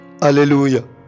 hallelujah